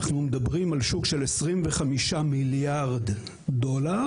אנחנו מדברים על שוק של 25 מיליארד דולר,